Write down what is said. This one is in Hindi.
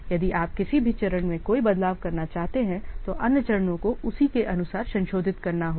यदि आप किसी भी चरण में कोई बदलाव करना चाहते हैं तो अन्य चरणों को उसी के अनुसार संशोधित करना होगा